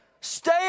stay